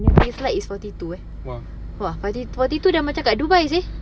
feels like is forty two eh !wah! forty forty two dah macam dekat dubai seh